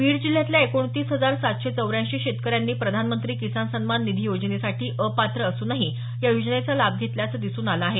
बीड जिल्ह्यातल्या एकोणतीस हजार सातशे चौऱ्यांशी शेतकऱ्यांनी प्रधानमंत्री किसान सन्मान निधी योजनेसाठी अपात्र असूनही या योजनेचा लाभ घेतल्याचं दिसून आलं आहे